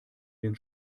den